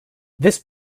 this